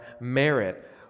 merit